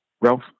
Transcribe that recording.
Ralph